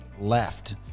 left